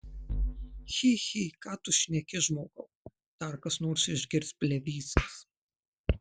chi chi ką tu šneki žmogau dar kas nors išgirs blevyzgas